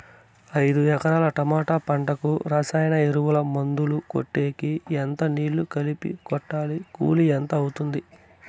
ఐదు ఎకరాల టమోటా పంటకు రసాయన ఎరువుల, మందులు కొట్టేకి ఎంత నీళ్లు కలిపి కొట్టాలి? కూలీ ఎంత అవుతుంది?